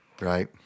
Right